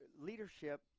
leadership